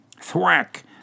Thwack